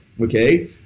Okay